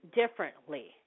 differently